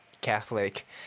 Catholic